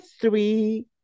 three